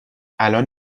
الان